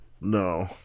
No